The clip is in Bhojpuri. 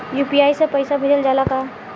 यू.पी.आई से पईसा भेजल जाला का?